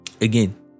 again